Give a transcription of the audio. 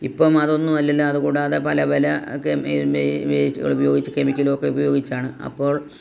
ഇപ്പം അതൊന്നും അല്ലല്ലാ അതുകൂടാതെ പല പല കെ വേസ്റ്റ്കൾ ഉപയോഗിച്ച് കെമിക്കല് ഒക്കെ ഉപയോഗിച്ചാണ് അപ്പോൾ